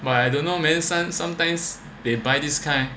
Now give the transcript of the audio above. but I don't know man sometimes they buy this kind